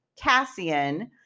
Cassian